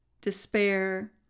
despair